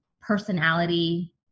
personality